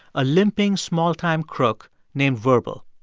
a limping small-time crook named verbal.